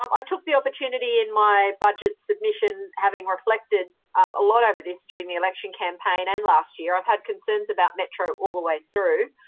um i took the opportunity in my budget submission, having reflected a lot over this during the election campaign and last year i've had concerns about metro all the way through.